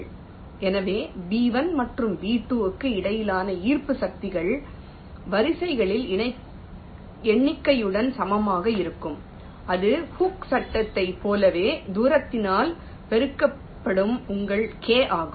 எனவே B1 மற்றும் B2 க்கு இடையிலான ஈர்ப்பு சக்திகள் வரிகளின் எண்ணிக்கையுடன் சமமாக இருக்கும் இது ஹூக்கின் Hooke'sசட்டத்தைப் போலவே தூரத்தினால் பெருக்கப்படும் உங்கள் k ஆகும்